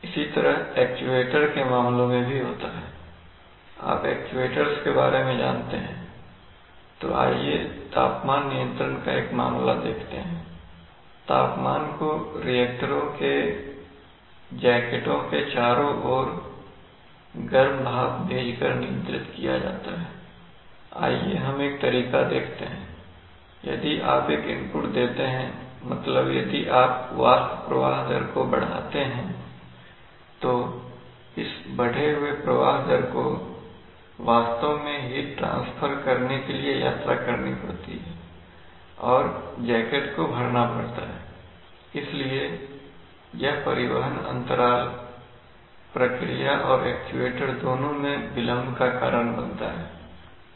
इसी तरह एक्चुएटर के मामलों में भी होता है आप एक्चुएटर्स के बारे में जानते हैं तो आइए तापमान नियंत्रण का एक मामला देखते हैंतापमान को रिएक्टरों के जैकेटों के चारों ओर गर्म भाप भेजकर नियंत्रित किया जाता है आइए हम एक तरीका देखते हैं यदि आप एक इनपुट देते हैं मतलब यदि आप वाष्प प्रवाह दर को बढ़ाते हैं तो इस बढ़े हुए प्रवाह दर को वास्तव में हिट ट्रांसफर करने के लिए यात्रा करनी पड़ती है और जैकेट को भरना पड़ता है इसलिए यह परिवहन अंतराल प्रक्रिया और एक्चुएटर दोनों मैं विलंब का कारण बनता है